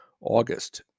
august